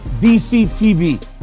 DCTV